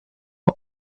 ort